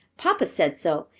papa said so.